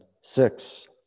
six